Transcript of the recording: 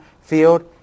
field